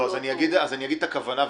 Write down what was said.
אומר את הכוונה,